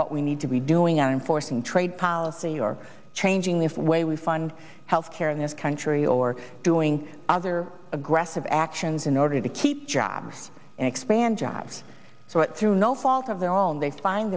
what we need to be doing i'm forcing trade policy or changing the way we fund health care in this country or doing other aggressive actions in order to keep jobs and expand jobs through no fault of their own they find